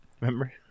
Remember